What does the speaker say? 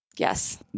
Yes